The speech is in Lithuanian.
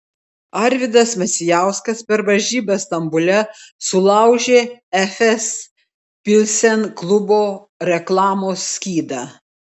arvydas macijauskas per varžybas stambule sulaužė efes pilsen klubo reklamos skydą